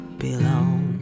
belong